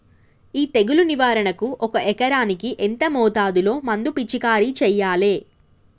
ఈ తెగులు నివారణకు ఒక ఎకరానికి ఎంత మోతాదులో మందు పిచికారీ చెయ్యాలే?